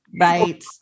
Right